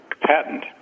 patent